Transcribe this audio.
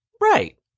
right